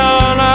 on